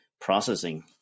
processing